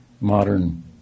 modern